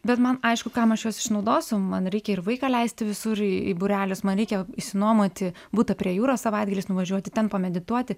bet man aišku kam aš juos išnaudosiu man reikia ir vaiką leisti visur į būrelius man reikia išsinuomoti butą prie jūros savaitgaliais nuvažiuoti ten pamedituoti